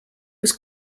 was